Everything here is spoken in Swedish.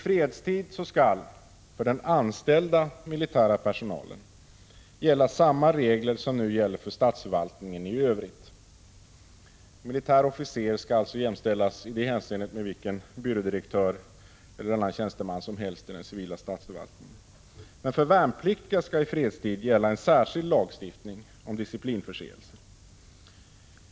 I fredstid skall för anställd militär personal gälla samma regler som nu gäller för statsförvaltningen i övrigt. En militär officer skall i detta hänseende alltså jämställas med vilken byrådirektör eller annan tjänsteman som helst inom den civila statsförvaltningen. Men för värnpliktiga skall i fredstid gälla en särskild lagstiftning beträffande disciplinförseelser.